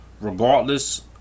regardless